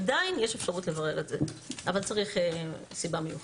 עדיין יש אפשרות לברר את זה אבל צריך סיבה מיוחדת.